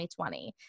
2020